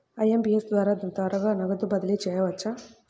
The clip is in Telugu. ఐ.ఎం.పీ.ఎస్ ద్వారా త్వరగా నగదు బదిలీ చేయవచ్చునా?